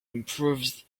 improves